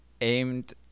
Aimed